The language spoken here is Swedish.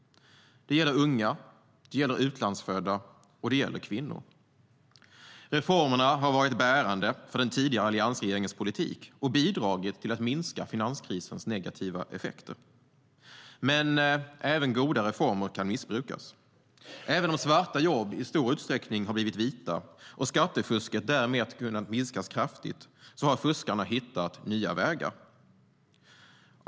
Det gäller unga, det gäller utlandsfödda och det gäller kvinnor. Reformerna har varit bärande för den tidigare alliansregeringens politik och bidragit till att minska finanskrisens negativa effekter. Men även goda reformer kan missbrukas. Även om svarta jobb i stor utsträckning har blivit vita och skattefusket därmed kunnat minskas kraftigt har fuskarna hittat nya vägar.